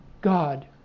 God